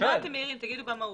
תגיד לי במהות.